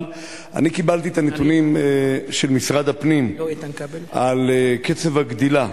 אבל קיבלתי את הנתונים של משרד הפנים על קצב הגדילה